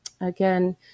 again